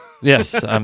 Yes